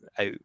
out